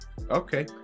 Okay